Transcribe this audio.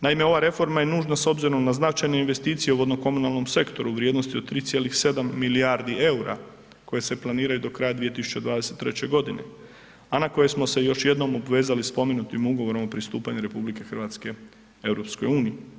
Naime, ova reforma je nužno s obzirom na značajnu investiciju u vodno komunalnom sektoru u vrijednosti od 3,7 milijardi EUR-a koje se planiraju do kraja 2023.g., a na koje smo se još jednom obvezali spomenutim Ugovorom o pristupanju RH EU.